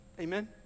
Amen